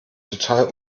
total